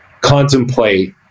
contemplate